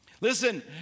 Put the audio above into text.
Listen